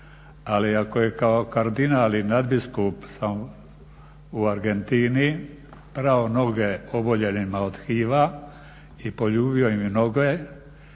Ali ako je kao kardinal i nadbiskup u Argentini prao noge oboljelima od HIV-a i poljubio im noge